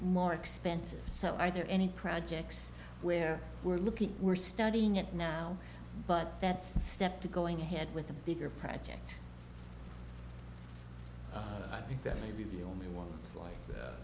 more expensive so are there any projects where we're looking we're studying it now but that step to going ahead with a bigger project i think that may be the only ones